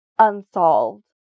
unsolved